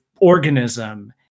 organism